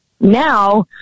Now